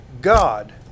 God